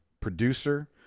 producer